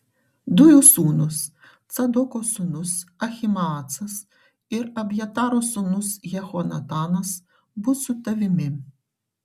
du jų sūnūs cadoko sūnus ahimaacas ir abjataro sūnus jehonatanas bus su tavimi